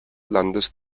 landes